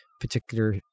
particular